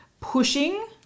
pushing